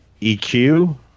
EQ